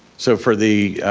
so for the